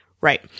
Right